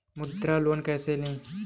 मुद्रा लोन कैसे ले?